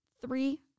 three